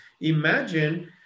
imagine